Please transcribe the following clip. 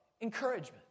encouragement